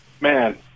man